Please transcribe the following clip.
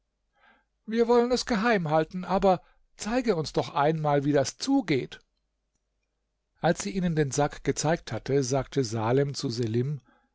wir wollen es geheim halten aber zeige es uns doch einmal wie das zugeht als sie ihnen den sack gezeigt hatte sagte salem zu selim